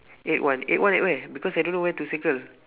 eight one eight one at where because I don't know where to circle